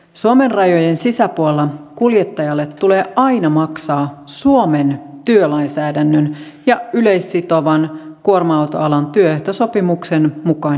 suomen rajojen sisäpuolella kuljettajalle tulee aina maksaa suomen työlainsäädännön ja yleissitovan kuorma autoalan työehtosopimuksen mukainen palkka